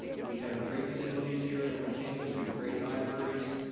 we have great facilities here on campus. we have great libraries,